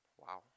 Wow